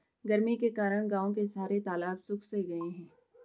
गर्मी के कारण गांव के सारे तालाब सुख से गए हैं